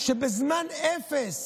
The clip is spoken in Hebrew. שבזמן אפס